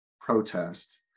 protest